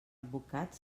advocats